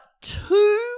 two